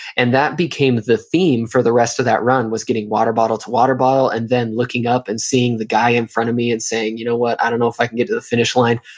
and that became the theme for the rest of that run was getting water bottle to water bottle and then looking up and seeing the guy in front of me and saying, you know what? i don't know if i can get to the finish line,